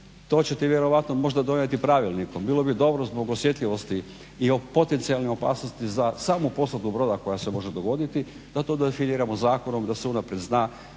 To ćete vjerojatno možda donijeti pravilnikom. Bilo bi dobro zbog osjetljivosti i potencijalne opasnosti za samu posadu broda koja se može dogoditi da to definiramo zakonom da se unaprijed zna